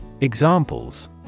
Examples